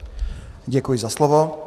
Děkuji za slovo.